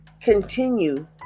continue